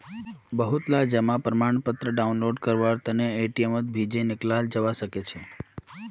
बहुतला जमा प्रमाणपत्र डाउनलोड करवार तने एटीएमत भी जयं निकलाल जवा सकछे